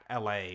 la